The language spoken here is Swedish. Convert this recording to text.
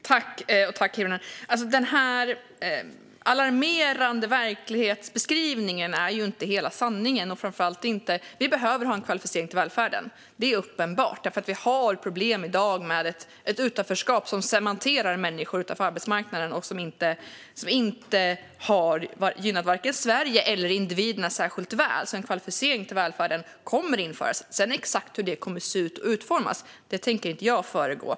Fru talman! Den alarmerande verklighetsbeskrivningen är ju inte hela sanningen. Att vi behöver ha en kvalificering till välfärden är uppenbart, för vi har i dag problem med ett utanförskap som cementerar människor utanför arbetsmarknaden och som inte har gynnat vare sig Sverige eller individerna särskilt väl. En kvalificering till välfärden kommer alltså att införas, men exakt hur man utformar den tänker jag inte föregripa.